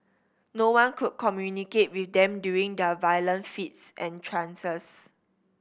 no one could communicate with them during their violent fits and trances